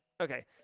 Okay